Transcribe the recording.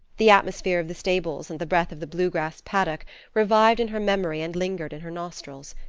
the atmosphere of the stables and the breath of the blue grass paddock revived in her memory and lingered in her nostrils.